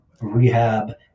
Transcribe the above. rehab